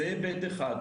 זה היבט אחד.